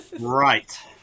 Right